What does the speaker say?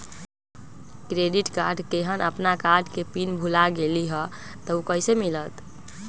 Credit card केहन अपन card के पिन भुला गेलि ह त उ कईसे मिलत?